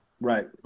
Right